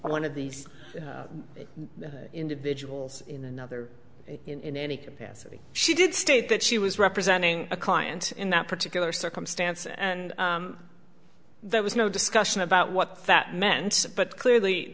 one of these individuals in another in any capacity she did state that she was representing a client in that particular circumstance and there was no discussion about what that meant but clearly